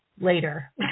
later